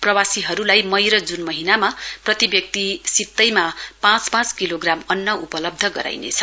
प्रवासीहरूलाई मई र जून महीनामा प्रतिव्यक्ति सितैमा पाँच पाँच सिलोग्राम अन्न उपलब्ध गराइनेछ